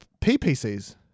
PPCs